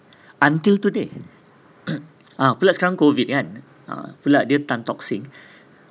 until today ah pulak sekarang COVID kan ah pulak dia tan tock seng